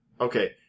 Okay